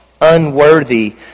unworthy